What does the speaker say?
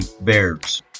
Bears